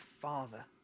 Father